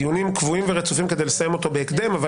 דיונים קבועים ורצופים כדי לסיים אותו בהקדם,